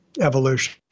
Evolution